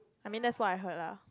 I mean that's what I heard lah